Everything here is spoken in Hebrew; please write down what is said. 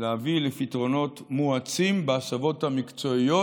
להביא לפתרונות מואצים בהסבות המקצועיות,